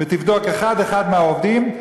ותבדוק אחד-אחד את העובדים,